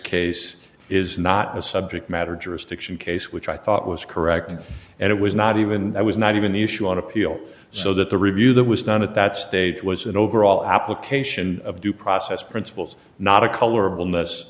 case is not a subject matter jurisdiction case which i thought was correct and it was not even that was not even the issue on appeal so that the review that was done at that stage was an overall application of due process principles not a color